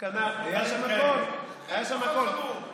היה שם הכול, היה שם הכול.